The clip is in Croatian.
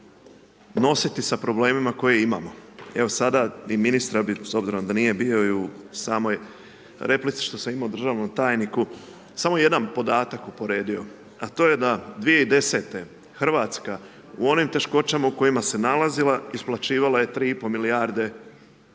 nositi sa problemima koje imamo. evo sada i ministra bi, s obzirom da nije bio i u samoj replici koju sam imao državnom tajniku samo jedan podatak uporedio, a to je da 2010. Hrvatska u onim teškoćama u kojima se nalazila isplaćivala je 3 i pol milijarde